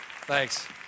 Thanks